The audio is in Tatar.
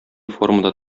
формада